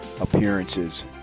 appearances